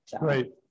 Right